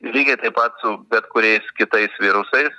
lygiai taip pat su bet kuriais kitais virusais